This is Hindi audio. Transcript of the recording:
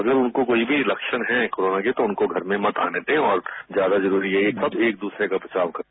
अगर उनको कोई भी लक्षण हैं कोरोना के तो उनको घर में मत आने दें और ज्यादा जरूरी यही है कि सब एक दूसरे का बचाव करें